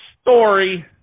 story